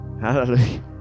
Hallelujah